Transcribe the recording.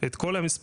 את כל המספרים,